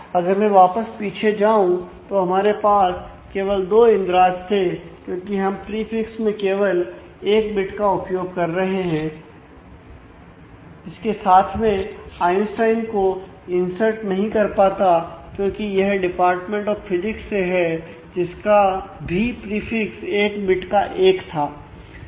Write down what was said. अगर मैं वापस पीछे जाऊं तो हमारे पास केवल दो इंद्राज थे क्योंकि हम प्रीफिक्स से है जिसका भी प्रीफिक्स एक बिट का 1 था